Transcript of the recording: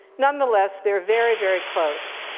nonetheless, they're very very close.